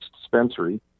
dispensary